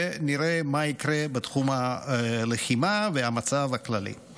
ונראה מה יקרה בתחום הלחימה והמצב הכללי.